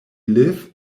live